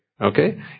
Okay